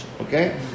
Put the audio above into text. Okay